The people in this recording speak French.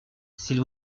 s’il